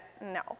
no